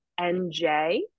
NJ